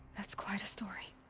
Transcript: that's quite a story.